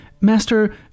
Master